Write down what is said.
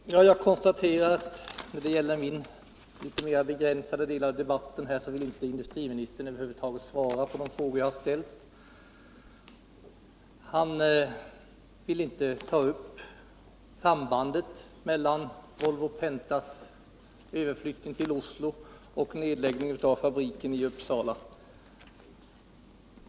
Herr talman! Jag konstaterar att när det gäller min litet mera begränsade del av debatten vill industriministern över huvud taget inte svara på de frågor som jag ställt. Han vill inte ta upp sambandet mellan Volvo Pentas överflyttning till Oslo och nedläggningen av fabriken i Uppsala.